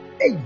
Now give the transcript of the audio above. Hey